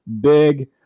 big